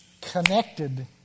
connected